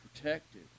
protected